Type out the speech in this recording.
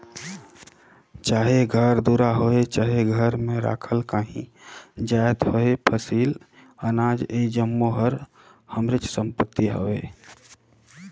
चाहे घर दुरा होए चहे घर में राखल काहीं जाएत होए फसिल, अनाज ए जम्मो हर हमरेच संपत्ति हवे